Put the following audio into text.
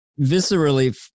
viscerally